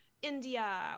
India